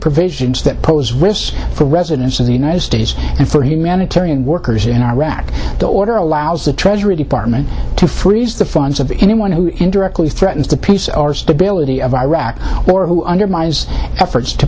provisions that pose risks for residents of the united states and for humanitarian workers in iraq the order allows the treasury department to freeze the forms of anyone who directly threatens the peace or stability of iraq or who under my eyes efforts to